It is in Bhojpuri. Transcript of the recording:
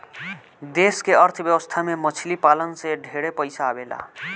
देश के अर्थ व्यवस्था में मछली पालन से ढेरे पइसा आवेला